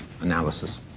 analysis